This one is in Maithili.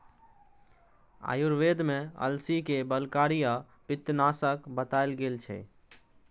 आयुर्वेद मे अलसी कें बलकारी आ पित्तनाशक बताएल गेल छै